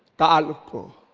power to